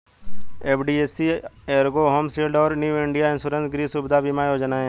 HDFC Ergo Home Shield और New India Insurance गृह सुविधा बीमा योजनाएं हैं